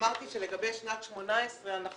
אמרתי שלגבי שנת 2018 אנחנו